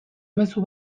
mezu